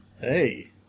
Hey